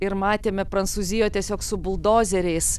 ir matėme prancūzijoj tiesiog su buldozeriais